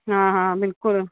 हा हा बिल्कुल